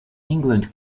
england